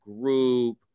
group